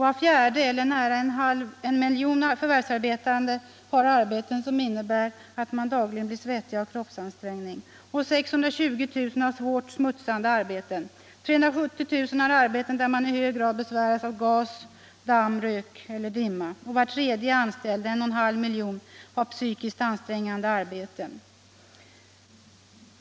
Var fjärde, eller nära 1 miljon förvärvsarbetande, har arbeten som innebär att man dagligen blir svettig av kroppsansträngning, 620 000 har svårt smutsande arbeten, 370 000 har arbeten där man i hög grad besväras av gas, damm, rök eller dimma, och var tredje anställd eller 1,3 miljoner, har psykiskt ansträngande arbeten.